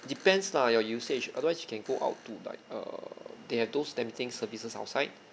depends lah your usage otherwise you can go out to like err they have those laminating services outside